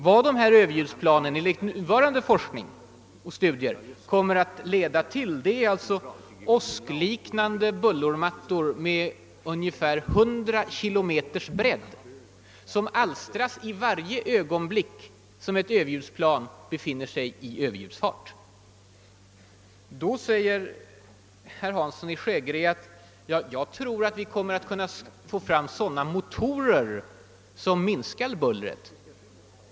Vad överljudsplanen enligt nuvarande forskning och studier kommer att leda fram till är åskliknande bullermattor med ungefär 100 kilometers bredd, som alstras 1 varje ögonblick som ett överljudsplan befinner sig i överljudsfart. Då säger herr Hansson i Skegrie att han tror att vi kommer att kunna få fram sådana motorer som minskar bullret.